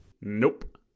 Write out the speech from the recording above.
Nope